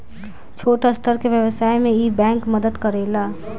छोट स्तर के व्यवसाय में इ बैंक मदद करेला